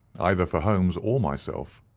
either for holmes or myself.